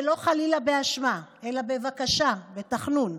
ולא חלילה באשמה אלא בבקשה ותחנון.